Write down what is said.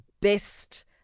best